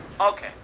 Okay